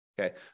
Okay